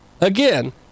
Again